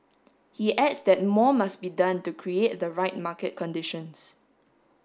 he adds that more must be done to create the right market conditions